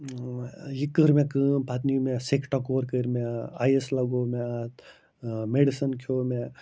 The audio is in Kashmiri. یہِ کٔر مےٚ کٲم پَتہٕ نیوٗ مےٚ سیٚکہِ ٹَکور کٔرۍ مےٚ آیِس لَگوو مےٚ اَتھ مٮ۪ڈِسَن کھیوٚو مےٚ